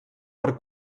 per